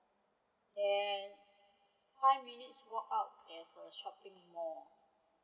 and fiv minute walk out is a shopping mall